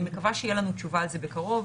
אני מקווה שתהיה לנו תשובה על זה בקרוב.